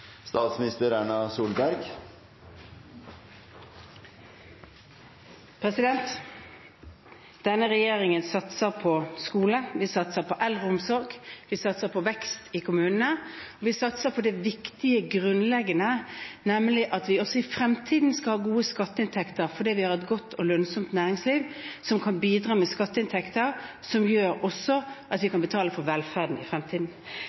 vi satser på vekst i kommunene, og vi satser på det viktige, grunnleggende, nemlig at vi også i fremtiden skal ha gode skatteinntekter, fordi vi har et godt og lønnsomt næringsliv som kan bidra med skatteinntekter som gjør at vi også kan betale for velferden i fremtiden.